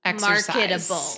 marketable